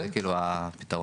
כאילו, הפתרון.